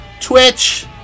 Twitch